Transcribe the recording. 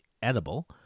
edible